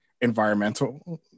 environmental